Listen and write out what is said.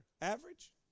average